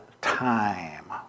time